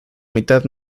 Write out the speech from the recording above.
mitad